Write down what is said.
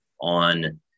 on